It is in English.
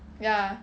ya